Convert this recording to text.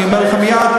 אני אומר לך מייד,